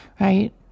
Right